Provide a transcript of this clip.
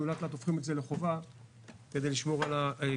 אנחנו לאט לאט הופכים את זה לחובה כדי לשמור על כושר.